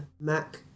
Mac